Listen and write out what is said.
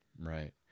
Right